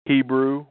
Hebrew